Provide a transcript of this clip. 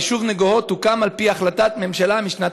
היישוב נגוהות הוקם על-פי החלטת ממשלה משנת